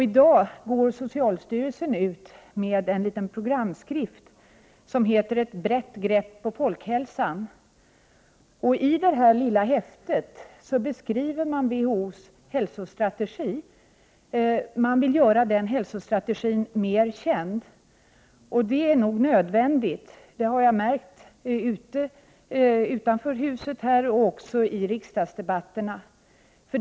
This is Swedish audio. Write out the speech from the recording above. I dag går socialstyrelsen ut med en liten programskrift som heter Ett brett grepp på folkhälsan. I detta lilla häfte beskrivs WHO:s hälsostrategi, som man vill göra mer känd. Det är nog nödvändigt — det har jag märkt både utanför riksdagshuset och i riksdagsdebatterna.